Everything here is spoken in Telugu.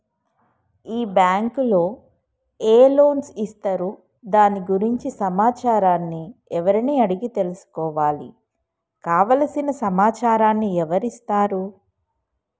ఈ బ్యాంకులో ఏ లోన్స్ ఇస్తారు దాని గురించి సమాచారాన్ని ఎవరిని అడిగి తెలుసుకోవాలి? కావలసిన సమాచారాన్ని ఎవరిస్తారు?